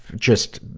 just,